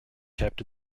kept